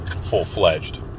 full-fledged